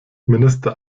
minister